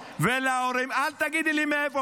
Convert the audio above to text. מאיפה, אל תגידי לי "מאיפה".